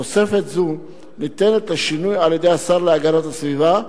תוספת זו ניתנת לשינוי על-ידי השר להגנת הסביבה,